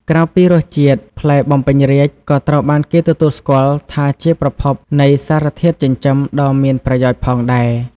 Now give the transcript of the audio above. ក្រៅពីរសជាតិ ផ្លែបំពេញរាជ្យក៏ត្រូវបានគេទទួលស្គាល់ថាជាប្រភពនៃសារធាតុចិញ្ចឹមដ៏មានប្រយោជន៍ផងដែរ។